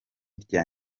rya